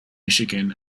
michigan